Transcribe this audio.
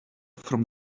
from